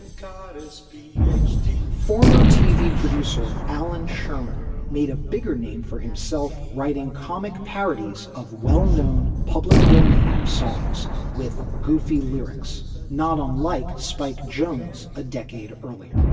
and god is p h d former tv producer alan sherman made a bigger name for himself, writing comic parodies of well-known public domain songs with goofy lyrics not unlike spike jones a decade earlier.